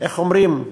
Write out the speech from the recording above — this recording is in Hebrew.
איך אומרים,